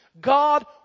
God